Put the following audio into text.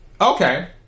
Okay